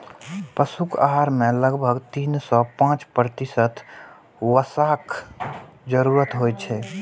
पशुक आहार मे लगभग तीन सं पांच प्रतिशत वसाक जरूरत होइ छै